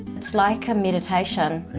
it's like a meditation.